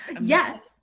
Yes